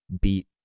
beat